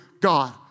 God